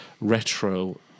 retro